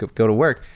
go to work,